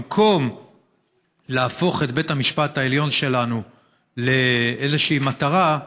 במקום להפוך את בית המשפט העליון שלנו לאיזושהי מטרה,